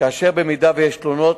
ואם יש תלונות,